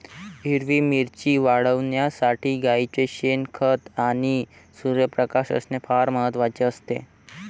हिरवी मिरची वाढविण्यासाठी गाईचे शेण, खत आणि सूर्यप्रकाश असणे फार महत्वाचे आहे